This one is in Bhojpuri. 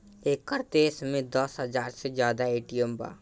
एकर देश में दस हाजार से जादा ए.टी.एम बा